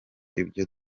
ibyo